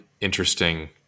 interesting